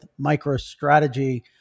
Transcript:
MicroStrategy